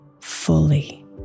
fully